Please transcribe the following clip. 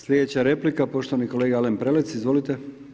Sljedeća replika poštovani kolega Alen Prelec, izvolite.